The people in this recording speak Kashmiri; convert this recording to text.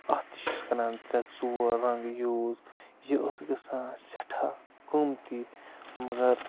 اَتھ تہِ چھِ أسۍ کَران ترٛےٚ ژور رَنٛگ یوٗز یہِ ٲس گژھان سٮ۪ٹھاہ قۭمتی مگر